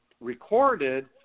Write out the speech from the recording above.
recorded –